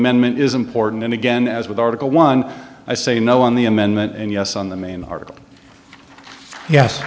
amendment is important and again as with article one i say no on the amendment and yes on the main article yes